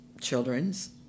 children's